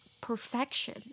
perfection